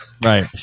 right